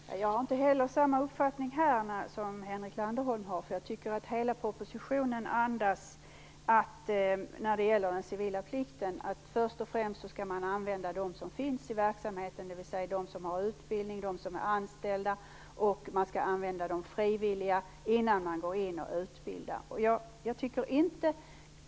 Fru talman! Jag har inte heller samma uppfattning här som Henrik Landerholm har, eftersom jag tycker att hela propositionen, när det gäller den civila plikten, andas att man först och främst skall använda de som finns i verksamheten, dvs. de som har utbildning och de som är anställda och att man skall använda de frivilliga innan man går in och utbildar.